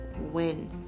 win